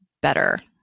better